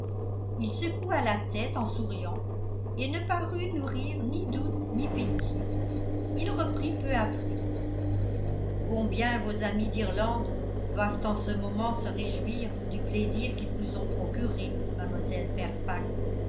il secoua la tête en souriant et ne parut nourrir ni doute ni pitié il reprit peu après combien vos amis d'irlande doivent en ce moment se réjouir du plaisir qu'ils vous ont procuré mlle fairfax